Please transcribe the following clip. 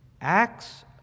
Acts